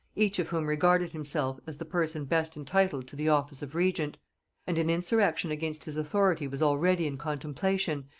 each of whom regarded himself as the person best entitled to the office of regent and an insurrection against his authority was already in contemplation,